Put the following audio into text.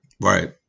Right